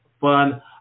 fun